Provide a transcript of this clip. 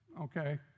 okay